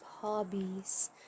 hobbies